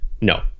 No